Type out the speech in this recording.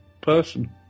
person